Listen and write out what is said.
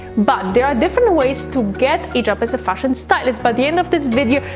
but there are different ways to get a job as a fashion stylist. by the end of this video,